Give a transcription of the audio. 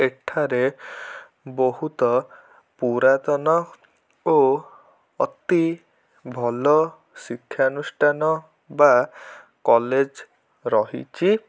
ଏଠାରେ ବହୁତ ପୁରାତନ ଓ ଅତି ଭଲ ଶିକ୍ଷାନୁଷ୍ଠାନ ବା କଲେଜ୍ ରହିଛି